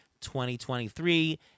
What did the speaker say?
2023